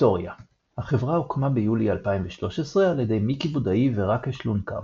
היסטוריה החברה הוקמה ביולי 2013 על ידי מיקי בודאי וראקש לונקאר,